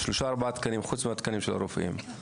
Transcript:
זה שלושה-ארבעה תקנים, חוץ מהתקנים של הרופאים.